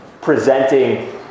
presenting